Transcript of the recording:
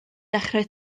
dechrau